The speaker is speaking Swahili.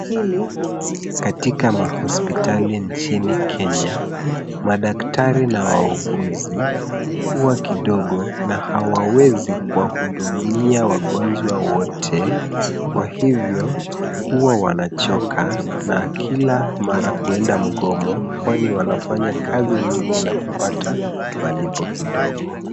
Katika mahospitali nchini Kenya madaktari na wauguzi huwa kidogo na hawawezi kuwahudumia wagonjwa wote kwa hivyo huwa wanachoka na kila mara kwenda mgomo kwani wanafanya kazi mingi na kupata malipo kidogo.